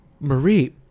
Marie